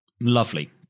lovely